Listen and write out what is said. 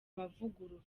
mavugurura